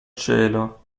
cielo